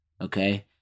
okay